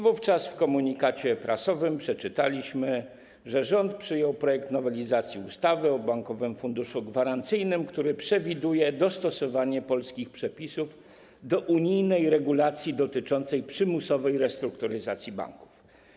Wówczas w komunikacie prasowym przeczytaliśmy, że rząd przyjął projekt nowelizacji ustawy o Bankowym Funduszu Gwarancyjnym, który przewiduje dostosowanie polskich przepisów do unijnej regulacji dotyczącej przymusowej restrukturyzacji banków.